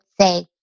say